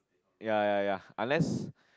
ya ya ya unless